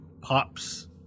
pops